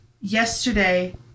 yesterday